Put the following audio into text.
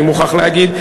אני מוכרח לומר,